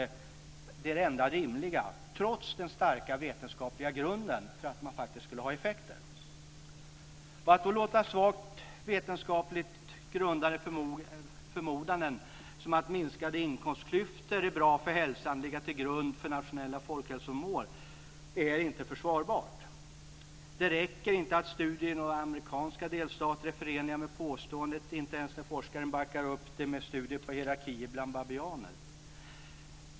Det är det enda rimliga, trots den starka vetenskapliga grunden vad gäller solningens effekter. Att då låta vetenskapligt svagt grundade förmodanden som att minskning av inkomstklyftor är bra för hälsan ligga till grund för nationella folkhälsomål är inte försvarbart. Det räcker inte att studier i några amerikanska delstater är förenliga med påståendet, inte ens när forskaren backar upp dem med studier på hierarkier bland babianer.